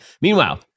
Meanwhile